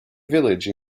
village